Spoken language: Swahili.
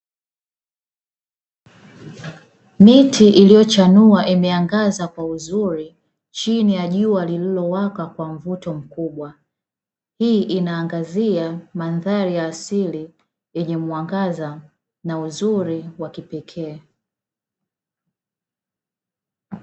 Miti iliyochanua imeangaza kwa uzuri chini ya jua lililowaka kwa mvuto mkubwa. Hii inaangazia mandhari ya asili yenye mwangaza na uzuri wa kipekee.